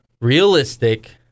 realistic